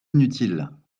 inutiles